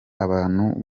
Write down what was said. abantu